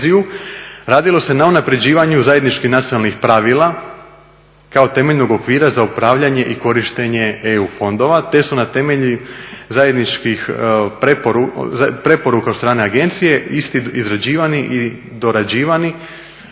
radilo se na unapređivanju zajedničkih nacionalnih pravila kao temeljnog okvira za upravljanje i korištenje EU fondova, te su na temelju zajedničkih preporuka od strane agencije isti izrađivani i dorađivani